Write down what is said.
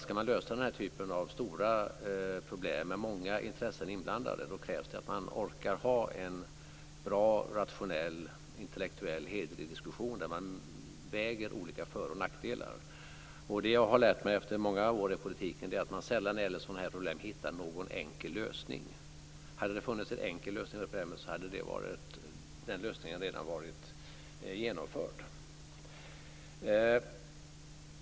Ska man lösa den typen av stora problem där många intressen är inblandade krävs det att man orkar ha en bra, rationell, intellektuellt hederlig diskussion där man väger olika för och nackdelar. Det jag har lärt mig efter många år i politiken är att man sällan när det gäller sådana problem hittar någon enkel lösning. Hade det funnits en enkel lösning på problemet hade den lösningen redan varit genomförd.